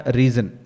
reason